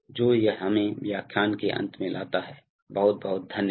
जो यह हमें व्याख्यान के अंत में लाता है बहुत बहुत धन्यवाद